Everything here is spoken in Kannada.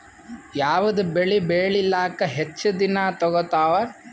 ಯಾವದ ಬೆಳಿ ಬೇಳಿಲಾಕ ಹೆಚ್ಚ ದಿನಾ ತೋಗತ್ತಾವ?